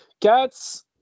cats